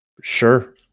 Sure